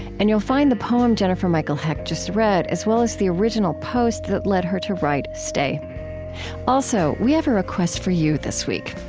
and you'll find the poem jennifer michael hecht just read, as well as the original post that led her to write stay also we have a request for you this week.